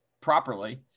properly